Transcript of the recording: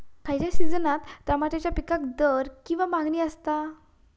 खयच्या सिजनात तमात्याच्या पीकाक दर किंवा मागणी आसता?